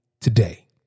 today